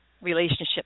relationship